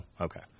okay